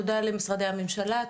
תודה למשרדי הממשלה,